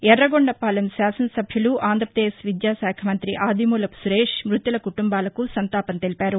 యుర్రగొండపాలెం శాసనసభ్యులు ఆంధ్రాపదేశ్ విద్యాశాఖ మంత్రి ఆదిమూలపు సురేష్ మ్బతుల కుటుంబాలకు సంతాపం తెలిపారు